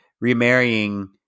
remarrying